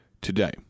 today